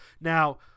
Now